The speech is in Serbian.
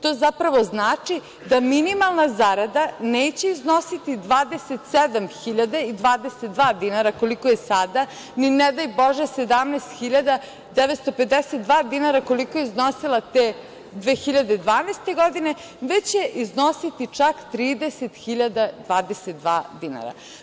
To znači da minimalna zarada neće iznositi 27.022 dinara koliko je sada, ni ne daj bože 17.952 dinara koliko je iznosila te 2012. godine, već će iznositi čak 30.022 dinara.